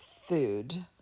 food